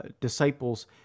disciples